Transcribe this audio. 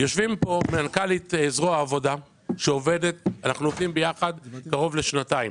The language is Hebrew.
יושבת פה מנכ"לית זרוע העבודה שאנחנו עובדים יחד קרוב לשנתיים